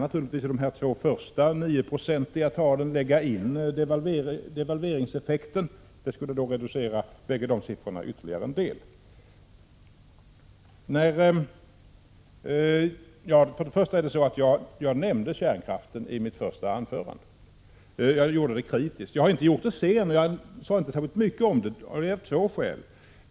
Beträffande de två första nioprocentiga talen kan man naturligtvis lägga in devalveringseffekten, vilket skulle reducera de båda talen ytterligare. Jag nämnde kärnkraften i mitt första anförande. Jag var kritisk, men sade inte särskilt mycket. Senare tog jag inte upp kärnkraften. Skälen är två.